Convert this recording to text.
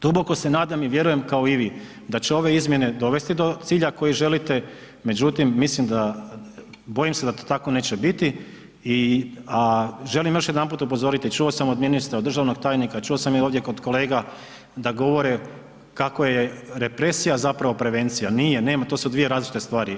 Duboko se nadam i vjerujem, kao i vi, da će ove izmjene dovesti do cilja koji želite međutim, mislim da, bojim se da to tako neće biti, a želim još jedanput upozoriti, čuo sam od ministra, od državnog tajnika, čuo sam i ovdje kod kolega da govore kako je represija zapravo prevencija, nije, nema, to su dvije različite stvari.